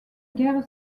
guerre